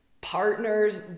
Partners